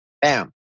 bam